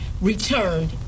returned